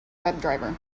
webdriver